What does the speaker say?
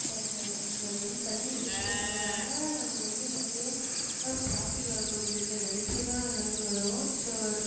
த நம்ம வந்து தண்ணியை வேஸ்ட்டு பண்ணுறதுனால நமக்கு வந்து நிறைய ப்ராஃபிட் வர போவதில்ல நெகட்டிவ் தான் எதாவது வரும் ஸோ